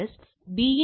012 முனை என்பது 0